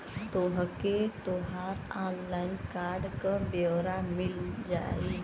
तोके तोहर online card क ब्योरा मिल जाई